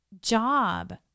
job